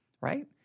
right